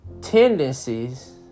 tendencies